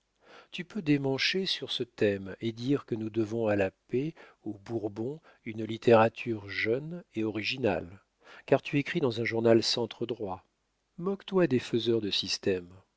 tu peux démancher sur ce thème et dire que nous devons à la paix aux bourbons une littérature jeune et originale car tu écris dans un journal centre droit moque toi des faiseurs de